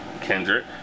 Kendrick